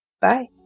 Bye